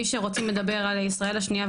מי שרוצים לדבר על ישראל השנייה,